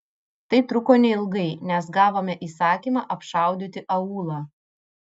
tai truko neilgai nes gavome įsakymą apšaudyti aūlą